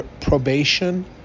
probation